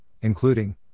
including